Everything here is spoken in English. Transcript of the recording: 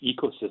ecosystem